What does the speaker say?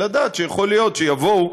ולדעת שיכול להיות שיבואו,